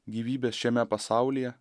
gyvybės šiame pasaulyje